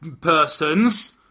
person's